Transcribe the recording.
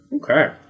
Okay